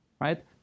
Right